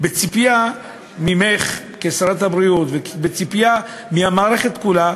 בציפייה ממך כשרת הבריאות ובציפייה מהמערכת כולה,